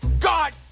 God